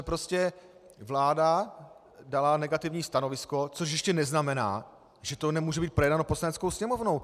Ale prostě vláda dala negativní stanovisko, což ještě neznamená, že to nemůže být projednáno Poslaneckou sněmovnou.